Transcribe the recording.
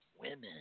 women